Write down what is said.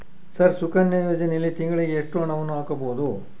Sir Sukanya ಯೋಜನೆಯಲ್ಲಿ ತಿಂಗಳಿಗೆ ಎಷ್ಟು ಹಣವನ್ನು ಹಾಕಬಹುದು?